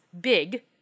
big